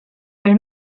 elle